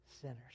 sinners